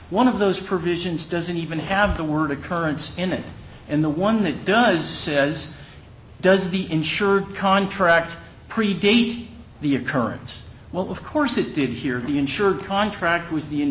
one of those provisions doesn't even have the word occurrence in it and the one that does says does the insured contract predate the occurrence well of course it did here the insured contract with the